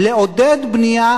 ולעודד בנייה,